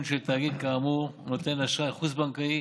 של תאגיד כאמור נותן אשראי חוץ בנקאי.